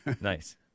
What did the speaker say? Nice